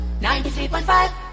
93.5